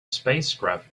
spacecraft